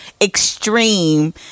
extreme